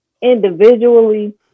individually